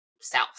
south